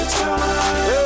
time